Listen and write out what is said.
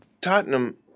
Tottenham